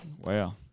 Wow